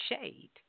shade